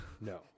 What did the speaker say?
No